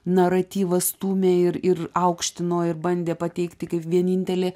naratyvą stūmė ir ir aukštino ir bandė pateikti kaip vienintelį